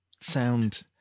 sound